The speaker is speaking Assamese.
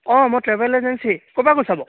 অঁ মই ট্ৰেভেল এজেঞ্চি ক'ৰ পৰা কৈছা বাৰু